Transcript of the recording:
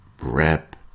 rep